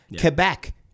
Quebec